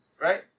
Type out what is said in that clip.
Right